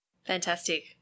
Fantastic